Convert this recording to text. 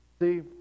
See